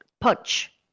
punch